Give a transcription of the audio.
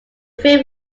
film